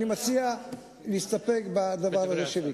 אני מציע להסתפק בדברים אלה.